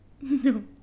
No